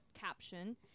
caption